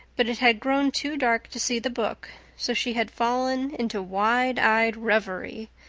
but it had grown too dark to see the book, so she had fallen into wide-eyed reverie,